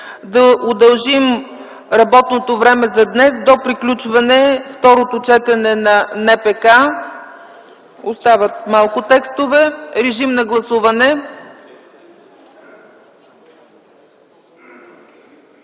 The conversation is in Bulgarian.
да удължим работното време днес до приключване на второто четене на НПК. Остават малко текстове. Гласували